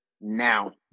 now